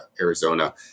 Arizona